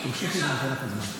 תמשיכי וניתן לך את הזמן.